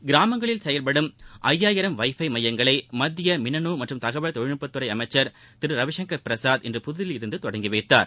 கிராமங்களில் செயல்படும் ஜந்தாயிரம் வைபை மையங்களை மத்திய மின்னனு மற்றும் தகவல் தொழில்நுட்பத்துறை அமைச்சர் திரு ரவிசங்கர் பிரசாத் இன்று புதுதில்லியில் இருந்த தொடங்கி வைத்தார்